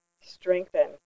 strengthen